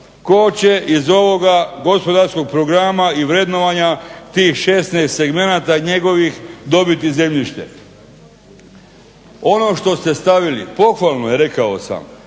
tko će iz ovoga gospodarskog programa i vrednovanja tih 16 segmenata njegovih dobiti zemljište. Ono što ste stavili, pohvalno je rekao sam,